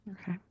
Okay